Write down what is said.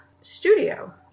studio